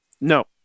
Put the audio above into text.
No